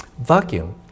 vacuum